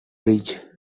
bridge